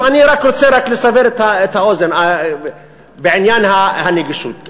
אני רוצה רק לסבר את האוזן בעניין הנגישות.